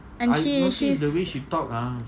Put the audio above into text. and she she's